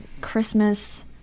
Christmas